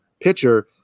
pitcher